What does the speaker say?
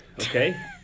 okay